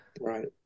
Right